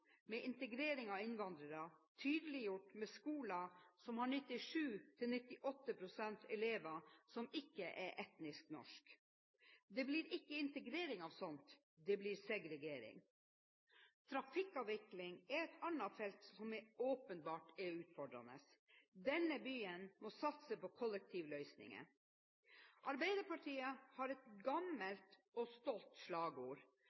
med integrering av innvandrere, tydeliggjort ved skoler som har 97–98 pst. elever som ikke er etnisk norske. Det blir ikke integrering av slikt – det blir segregering. Trafikkavvikling er et annet felt som åpenbart er utfordrende. Denne byen må satse på kollektivløsninger. Arbeiderpartiet har et gammelt og stolt slagord: